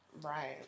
Right